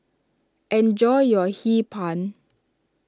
enjoy your Hee Pan